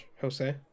Jose